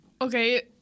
Okay